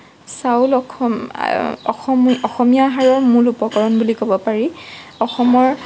চাউল অসমীয়া অসমীয়া আহাৰৰ মূল উপকৰণ বুলি ক'ব পাৰি অসমৰ